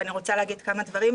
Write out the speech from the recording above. ואני רוצה להגיד כמה דברים.